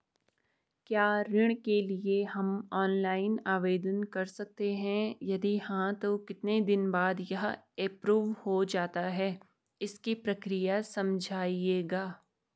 क्या ऋण के लिए हम ऑनलाइन आवेदन कर सकते हैं यदि हाँ तो कितने दिन बाद यह एप्रूव हो जाता है इसकी प्रक्रिया समझाइएगा?